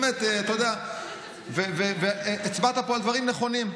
באמת, אתה יודע, הצבעת פה על דברים נכונים.